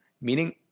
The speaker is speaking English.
Meaning